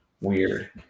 weird